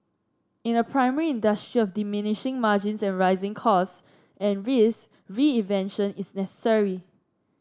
in a primary industry of diminishing margins and rising cost and risk reinvention is necessary